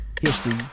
History